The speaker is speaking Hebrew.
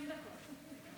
20 דקות.